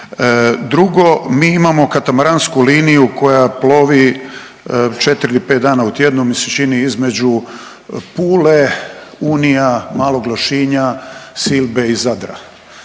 Drugo, mi imamo katamaransku liniju koja plovi četiri ili pet dana u tjednu mi se čini između Pule, Unija, Malog Lošinja, Silbe i Zadra,